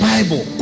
Bible